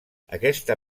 aquesta